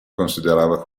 considerava